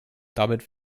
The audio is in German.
damit